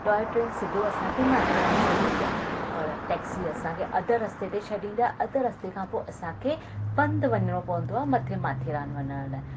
toy train सीधो असांखे माथेरान छ्ॾींदी आहे पर टैक्सी असांखे अधु रस्ते ते छ्ॾींदी आहे अधु रस्ते खां पोइ असांखे पंधु वञिणो पवंदो आहे मथे माथेरान वञण लाइ